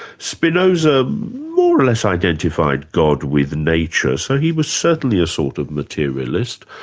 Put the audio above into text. spinoza more or less identified god with nature, so he was certainly a sort of materialist.